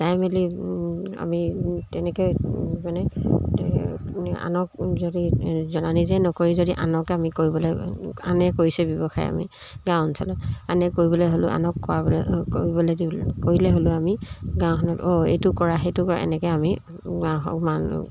চাই মেলি আমি তেনেকৈ মানে আনক যদি জ নিজে নকৰি যদি আনকে আমি কৰিবলৈ আনে কৰিছে ব্যৱসায় আমি গাঁও অঞ্চলত আনে কৰিবলৈ হ'লেও আনক কৰালে কৰিবলৈ কৰিলে হ'লেও আমি গাঁওখনত অঁ এইটো কৰা সেইটো কৰা এনেকৈ আমি গাঁৱৰ মান